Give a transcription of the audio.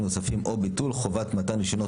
נוספים או ביטול חובת מתן רישיונות,